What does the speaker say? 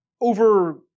over